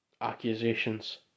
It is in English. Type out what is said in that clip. accusations